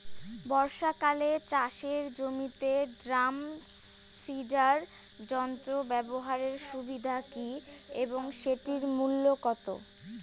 বর্ষাকালে চাষের জমিতে ড্রাম সিডার যন্ত্র ব্যবহারের সুবিধা কী এবং সেটির মূল্য কত?